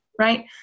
right